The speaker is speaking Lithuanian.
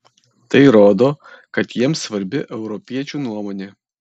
tai rodo kad jiems svarbi europiečių nuomonė